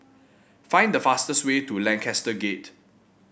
find the fastest way to Lancaster Gate